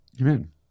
Amen